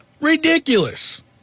Ridiculous